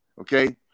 okay